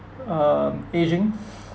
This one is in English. um aging